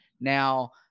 Now